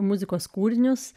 muzikos kūrinius